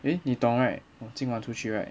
eh 你懂 right 我今晚出去 right